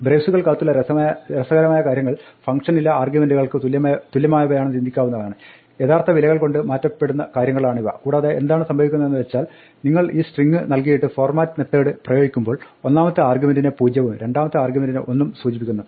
ബ്രേസുകൾക്കകത്തുള്ള രസകരമായ കാര്യങ്ങൾ ഫംഗ്ഷനിലെ ആർഗ്യുമെന്റുകൾക്ക് തുല്യമായവയാണെന്ന് ചിന്തിക്കാവുന്നതാണ് യഥാർത്ഥ വിലകൾ കൊണ്ട് മാറ്റപ്പെടുന്ന കാര്യങ്ങളാണിവ കൂടാതെ എന്താണ് സംഭവിക്കുന്നതെന്ന് വെച്ചാൽ നിങ്ങൾ ഈ സ്ട്രിങ്ങ് നൽകിയിട്ട് format മെത്തേഡ് പ്രയോഗിക്കുമ്പോൾ ഒന്നാമത്തെ ആർഗ്യുമെന്റിനെ പൂജ്യവും രണ്ടാമത്തെ ആർഗ്യുമെന്റിനെ ഒന്നും സൂചിപ്പിക്കുന്നു